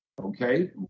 okay